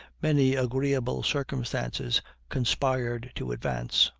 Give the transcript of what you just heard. many agreeable circumstances conspired to advance.